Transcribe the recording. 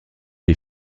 est